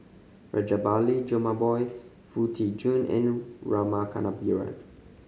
Rajabali Jumabhoy Foo Tee Jun and Rama Kannabiran